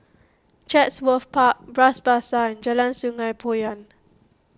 Chatsworth Park Bras Basah Jalan Sungei Poyan